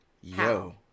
yo